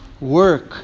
Work